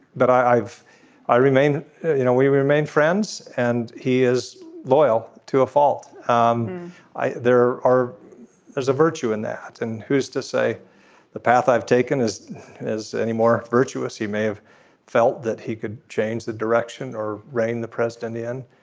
i i've i remain you know we remain friends and he is loyal to a fault. um there are there's a virtue in that. and who's to say the path i've taken is is any more virtuous. he may have felt that he could change the direction or rein the president in.